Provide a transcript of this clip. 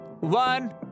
One